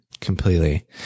completely